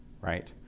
right